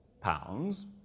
pounds